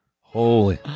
Holy